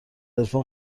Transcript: عرفان